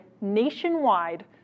nationwide